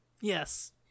Yes